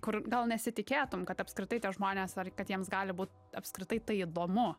kur gal nesitikėtum kad apskritai tie žmonės ar kad jiems gali būt apskritai tai įdomu